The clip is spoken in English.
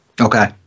Okay